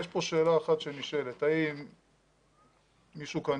יש פה שאלה אחת שנשאלת האם מישהו כאן